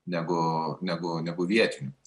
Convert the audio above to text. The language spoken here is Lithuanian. negu negu negu vietinių